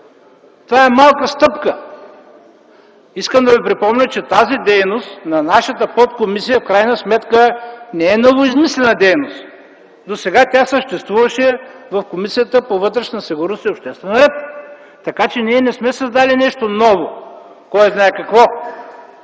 Това е малка стъпка. Искам да ви припомня, че тази дейност – на нашата подкомисия, в крайна сметка не е новоизмислена дейност. Досега тя съществуваше в Комисията по вътрешна сигурност и обществен ред, така че ние не сме създали нещо кой знае какво